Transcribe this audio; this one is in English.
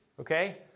Okay